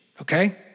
okay